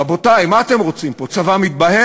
רבותי, מה אתם רוצים פה, צבא מתבהם?